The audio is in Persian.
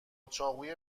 چاقوی